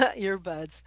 earbuds